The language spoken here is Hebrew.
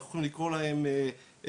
אנחנו יכולים לקרוא להם בעיות,